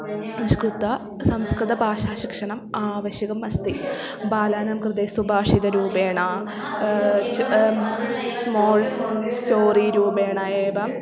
निष्कृतसंस्कृतभाषाशिक्षणम् आवश्यकम् अस्ति बालानां कृते सुभाषितरूपेण च स्मोळ् स्टोरी रूपेण एव